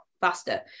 faster